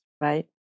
right